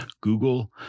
Google